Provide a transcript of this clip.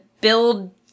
build